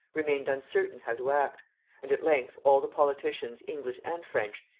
remained uncertain how to act and at length all the politicians english and french,